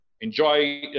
Enjoy